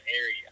area